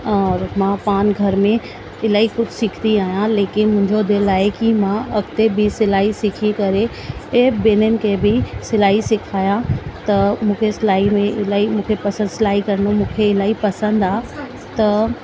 और मां पाणि घर में इलाही कुझु सिखंदी आहियां लेकिनि मुंहिंजो दिलि आहे कि मां अॻिते बि सिलाई सिखी करे ऐं ॿिन्हिनि खे बि सिलाई सिखाया त मूंखे सिलाई में इलाही मूंखे पसंद सिलाई करिणो मूंखे इलाही पसंद आहे त